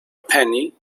penny